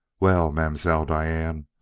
well, mam'selle diane,